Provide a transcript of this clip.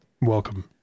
Welcome